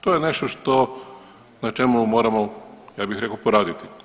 To je nešto što, na čemu moramo ja bih rekao poraditi.